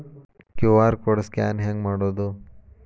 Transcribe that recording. QR code scan ಹೆಂಗ್ ಮಾಡೋದು?